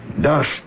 Dust